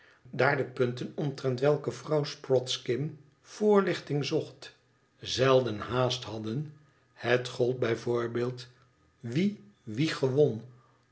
daar de punten omtrent welke vrouw sprodskin voorlichting zocht zelden haast hadden het gold bij voorbeeld we wien